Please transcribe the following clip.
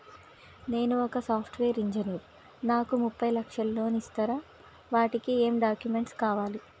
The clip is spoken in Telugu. నేను ఒక సాఫ్ట్ వేరు ఇంజనీర్ నాకు ఒక ముప్పై లక్షల లోన్ ఇస్తరా? వాటికి ఏం డాక్యుమెంట్స్ కావాలి?